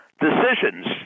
Decisions